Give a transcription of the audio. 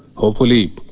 hopefully,